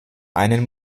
einen